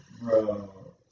Bro